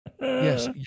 Yes